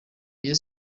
rayon